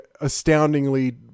astoundingly